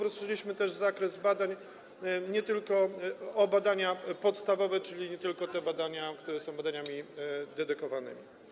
Rozszerzyliśmy też zakres badań, nie tylko o badania podstawowe, czyli nie tylko o te badania, które są badaniami dedykowanymi.